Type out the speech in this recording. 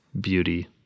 beauty